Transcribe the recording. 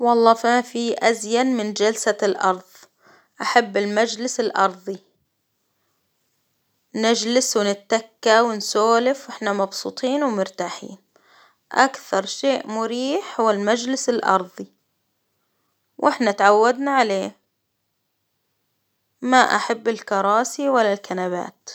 والله ما في أزين من جلسة الارظ، أحب المجلس الأرظي، نجلس ونتكى ونسولف واحنا مبسوطين ومرتاحين، أكثر شيء مريح هو المجلس الأرظي، وإحنا تعودنا عليه ما أحب الكراسي ولا الكنبات.